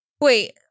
Wait